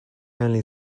only